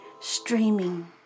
streaming